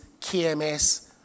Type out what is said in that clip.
KMS